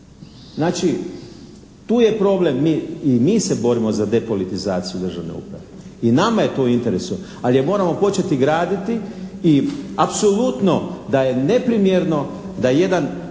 Znači tu je problem i mi se borimo za depolitizaciju državne uprave i nama je to u interesu, al' je moramo početi graditi i apsolutno da je neprimjerno da jedan